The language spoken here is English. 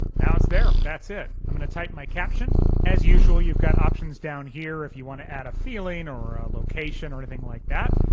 now it's there. that's it. i'm gonna type my caption as usual you've got options down here if you want to add a feeling or a location or anything like that.